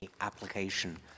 application